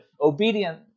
obedient